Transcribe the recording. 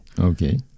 Okay